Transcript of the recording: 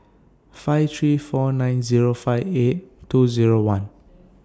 five three four nine five eight two Zero one